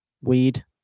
Weed